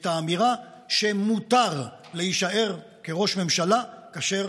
את האמירה שמותר להישאר ראש ממשלה כאשר